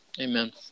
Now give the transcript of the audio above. Amen